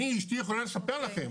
אני אשתי יכולה לספר לכם,